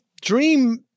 dream